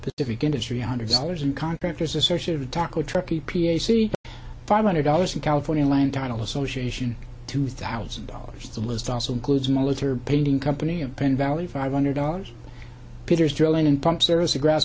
three hundred dollars and contractors associated taco truck e p a c five hundred dollars in california line title association two thousand dollars the list also includes military painting company of penn valley five hundred dollars peters drilling and pumps there is a grass